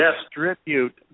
distribute